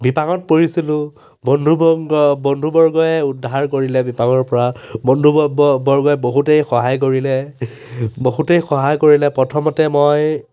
বিপাঙত পৰিছিলোঁ বন্ধুব বন্ধুবৰ্গই উদ্ধাৰ কৰিলে বিপাঙৰ পৰা বন্ধুব বৰ্গই বহুতেই সহায় কৰিলে বহুতেই সহায় কৰিলে প্ৰথমতে মই